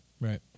Right